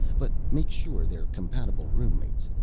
but make sure they're compatible roommates.